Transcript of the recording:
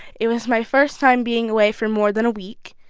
it was my first time being away for more than a week,